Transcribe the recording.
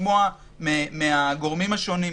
לשמוע מן הגורמים השונים,